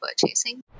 purchasing